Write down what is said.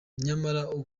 nyamara